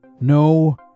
no